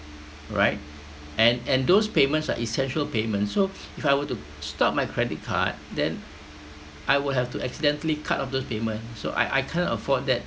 right and and those payments are essential payments so if I were to stop my credit card then I will have to accidentally cut off those payment so I I can't afford that